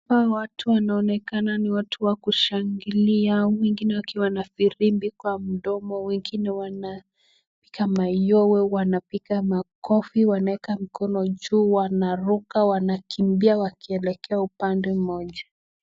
Hawa watu wanaonekana ni watu wa kushangilia wengine wakiwa firimbi kwa mdomo wengine wanapiga mayowe, wanapiga makofi wanaweka mikono juu wanaruka, wanakimbia wakielekea upande moja.